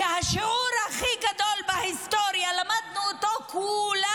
שאת השיעור הכי גדול בהיסטוריה למדנו כולנו.